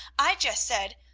i just said,